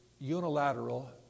unilateral